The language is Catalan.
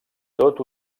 tot